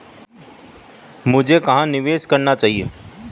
मुझे कहां निवेश करना चाहिए?